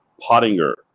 Pottinger